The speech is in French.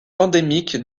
endémique